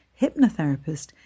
hypnotherapist